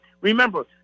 remember